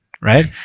right